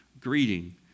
greeting